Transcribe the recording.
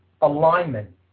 alignment